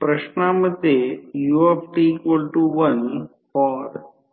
प्रश्ना मध्ये u1 for